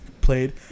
played